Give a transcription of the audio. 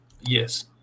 Yes